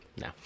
no